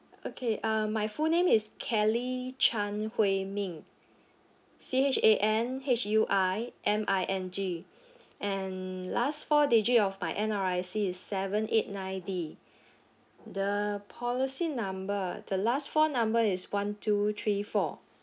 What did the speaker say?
okay uh my full name is kelly chan hui ming C H A N H U I M I N G and last four digit of my N_R_I_C is seven eight nine D the policy number the last four number is one two three four